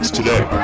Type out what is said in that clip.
today